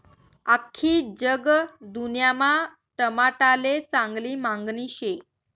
आख्खी जगदुन्यामा टमाटाले चांगली मांगनी शे